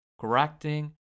correcting